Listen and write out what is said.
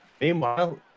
Meanwhile